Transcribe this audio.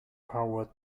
power